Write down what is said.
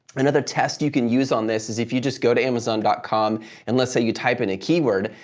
another test you can use on this is if you just go to amazon dot com and let's say you type in a keyword,